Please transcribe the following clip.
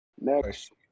Next